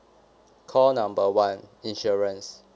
call number one insurance